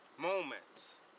Moments